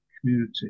community